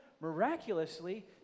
miraculously